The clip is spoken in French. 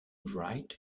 wright